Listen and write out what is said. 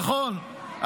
נכון,